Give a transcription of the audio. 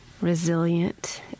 resilient